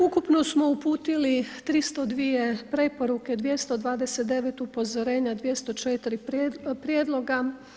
Ukupno smo uputili 302 preporuke, 229 upozorenja, 204 prijedloga.